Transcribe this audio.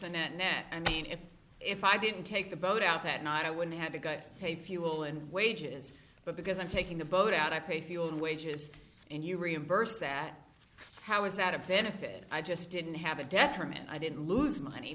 a net net i mean if if i didn't take the boat out that night i wouldn't have to go pay fuel and wages but because i'm taking the boat out i pay fuel and wages and you reimburse that how is that a benefit i just didn't have a detriment i didn't lose money